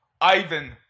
Ivan